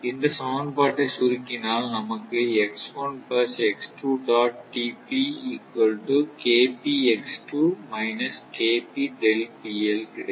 இந்த சமன்பாட்டை சுருக்கினால் நமக்கு கிடைக்கும்